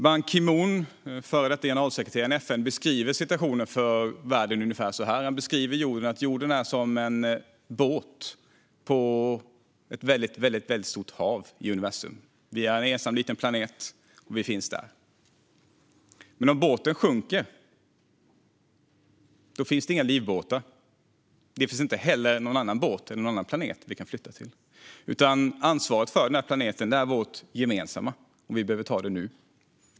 Ban Ki Moon, den före detta generalsekreteraren i FN, beskriver situationen för världen ungefär så här: Jorden är som en båt på ett väldigt stort hav i universum. Jorden är en ensam liten planet, och vi finns där. Men om båten sjunker finns det inga livbåtar. Det finns inte heller någon annan båt eller någon annan planet vi kan flytta till. Ansvaret för den här planeten är vårt gemensamma, och vi behöver ta det nu.